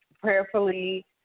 prayerfully